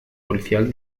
policial